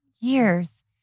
years